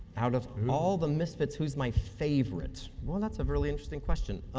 out of um all the misfit, who is my favorite? well, that's a very interesting question.